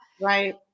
Right